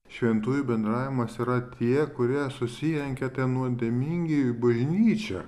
šventųjų bendravimas yra tie kurie susirenka ten nuodėmingieji į bažnyčią